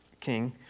king